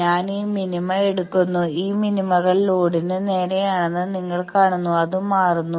ഞാൻ ഈ മിനിമ എടുക്കുന്നു ഈ മിനിമകൾ ലോഡിന് നേരെയാണെന്ന് നിങ്ങൾ കാണുന്നു അത് മാറുന്നു